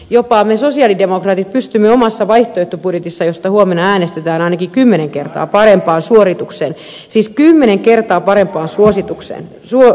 jopa me sosialidemokraatit pystymme omassa vaihtoehtobudjetissa josta huomenna äänestetään ainakin kymmenen kertaa parempaan suoritukseen siis kymmenen kertaa parempaan suoritukseen